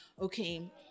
okay